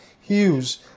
Hughes